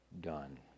done